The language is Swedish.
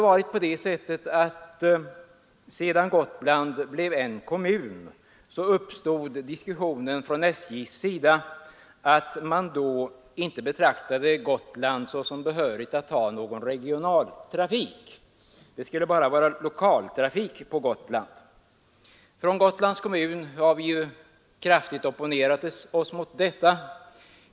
När Gotland blev en kommun uppstod ju den situationen, att SJ inte betraktade Gotland som behörigt att ha någon regionaltrafik. Det skulle bara vara lokaltrafik på Gotland. Från Gotlands kommun har vi kraftigt opponerat oss mot detta.